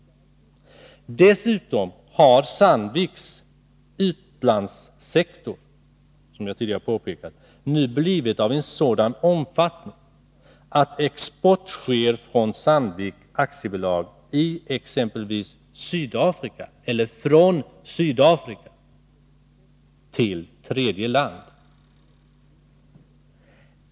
Dessutom har Sandviks utlandssektor— som jag tidigare påpekat — fått en sådan omfattning att export sker från Sandvik AB i exempelvis Sydafrika eller från Sydafrika till tredje land.